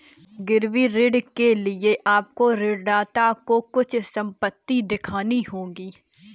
गिरवी ऋण के लिए आपको ऋणदाता को कुछ संपत्ति दिखानी होगी